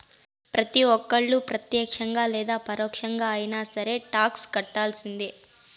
ప్రతి ఒక్కళ్ళు ప్రత్యక్షంగా లేదా పరోక్షంగా అయినా సరే టాక్స్ కట్టాల్సిందే